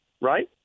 right